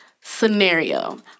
scenario